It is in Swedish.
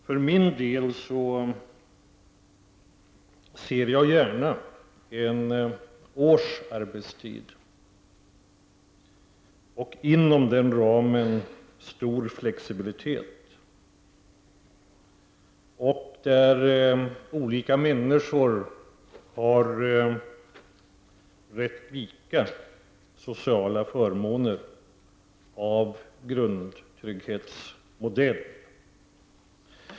För min del ser jag gärna ett årsarbetstidssystem med stor flexibilitet inom denna ram, där olika människor har likartade sociala förmåner av grundtrygghetsmodell.